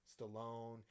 Stallone